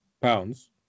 pounds